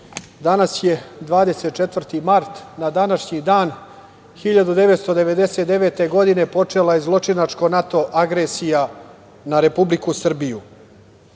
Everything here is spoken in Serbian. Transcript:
danas je 24. mart. Na današnji dan 1999. godine počela je zločinačka NATO agresija na Republiku Srbiju.